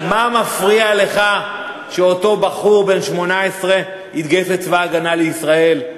מה מפריע לך שאותו בחור בן 18 יתגייס לצבא הגנה לישראל,